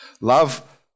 Love